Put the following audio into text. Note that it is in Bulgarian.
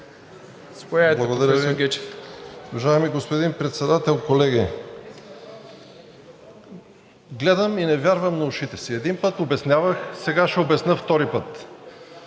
Благодаря Ви. Уважаеми господин Председател, колеги! Гледам и не вярвам на ушите си?! Един път обяснявах, сега ще обясня втори път: